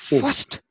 first